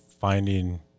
finding